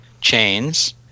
chains